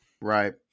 right